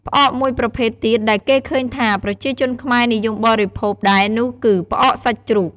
ផ្អកមួយប្រភេទទៀតដែលគេឃើញថា ប្រជាជនខ្មែរនិយមបរិភោគដែរនោះគឺ ផ្អកសាច់ជ្រូក។